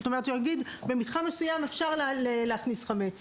זאת אומרת הוא יגיד שבמתחם מסוים אפשר להכניס חמץ.